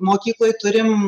mokykloj turim